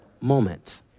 moment